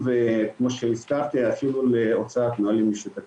אני מקווה שנצליח להפגין כלפי חוץ את היכולת לדבר כל